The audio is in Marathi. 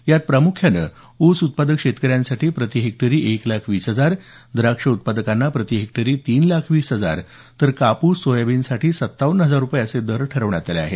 यात प्राम्ख्याने ऊस उत्पादक शेतकऱ्यांसाठी प्रती हेक्टरी एक लाख वीस हजार द्राक्ष उत्पादकांना प्रती हेक्टरी तीन लाख वीस हजार तर कापूस सोयाबीनसाठी सत्तावन्न हजार असे दर ठरवण्यात आले आहेत